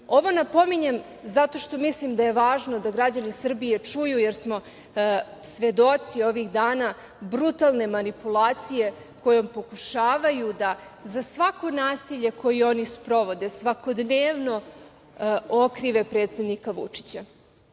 napominjem zato što mislim da je važno da građani Srbije čuju, jer smo svedoci ovih dana brutalne manipulacije kojom pokušavaju da za svako nasilje koje oni sprovode svakodnevno okrive predsednika Vučića.